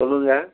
சொல்லுங்கள்